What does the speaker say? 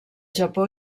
japó